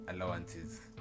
Allowances